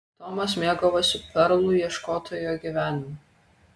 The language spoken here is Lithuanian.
tomas mėgavosi perlų ieškotojo gyvenimu